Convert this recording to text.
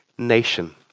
nation